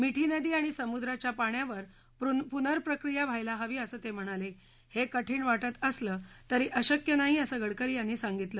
मिठी नदी आणि समुद्राच्या पाण्यावर पुनर्प्रक्रिया व्हायला हवी असं ते म्हणाले हे कठीण वाटलं तरी अशक्य नाही असं गडकरी यांनी सांगितलं